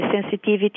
sensitivity